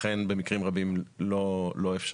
אכן במקרים רבים לא אפשרי.